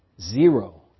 zero